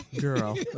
Girl